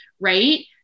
Right